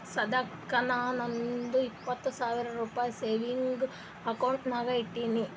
ಸದ್ಯಕ್ಕ ನಾ ನಂದು ಇಪ್ಪತ್ ಸಾವಿರ ರುಪಾಯಿ ಸೇವಿಂಗ್ಸ್ ಅಕೌಂಟ್ ನಾಗ್ ಇಟ್ಟೀನಿ